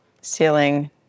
ceiling